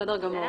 בסדר גמור.